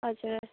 हजुर